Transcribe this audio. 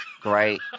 great